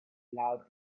loud